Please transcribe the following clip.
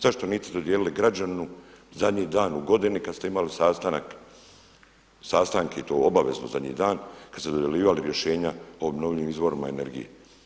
Zašto niste dodijelili građaninu zadnji dan u godini kada ste imali sastanke i to obavezno zadnji dan kada ste dodjeljivali rješenja o obnovljivim izvorima energije?